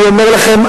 אני אומר לכם,